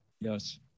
Yes